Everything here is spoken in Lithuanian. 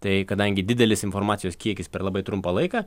tai kadangi didelis informacijos kiekis per labai trumpą laiką